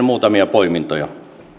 muutamia poimintoja